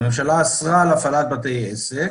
הממשלה אסרה על הפעלת בתי עסק.